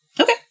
Okay